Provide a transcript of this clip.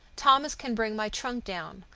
thomas can bring my trunk down.